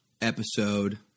episode